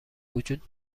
وجود